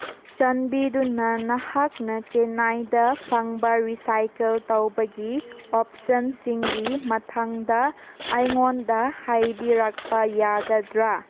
ꯆꯥꯟꯕꯤꯗꯨꯅ ꯅꯍꯥꯛꯅ ꯆꯦꯟꯅꯥꯏꯗ ꯐꯪꯕ ꯔꯤꯁꯥꯏꯀꯜ ꯇꯧꯕꯒꯤ ꯑꯣꯞꯁꯟꯁꯤꯡꯒꯤ ꯃꯇꯥꯡꯗ ꯑꯩꯉꯣꯟꯗ ꯍꯥꯏꯕꯤꯔꯛꯄ ꯌꯥꯒꯗ꯭ꯔꯥ